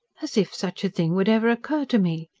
as if such a thing would ever occur to me!